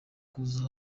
kuza